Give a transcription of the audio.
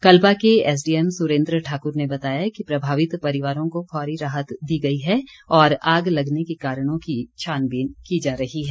कल्पा के एसडीएम सुरेन्द्र ठाकुर ने बताया कि प्रभावित परिवार को फौरी राहत दी गई है और आग लगने के कारणों की छानबीन की जा रही है